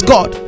God